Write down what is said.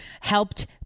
helped